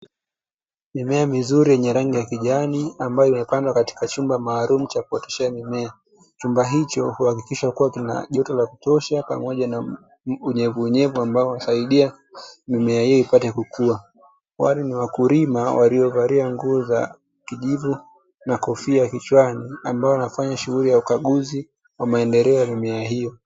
Mimea mizuri yenye rangi ya kijani ambayo imepandwa katika chumba maalumu cha kuoteshea mimea, chumba hicho huakikishwa kuwa kina joto la kutosha pamoja na unyevuunyevu ambao unasaidia mimea hii ipate kukua. Wale ni wakulima waliovalia nguo za kijivu na kofia kichwani ambao wanafanya shughuli ya ukaguzi wa maendeleo ya mimea hiyo.